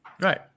Right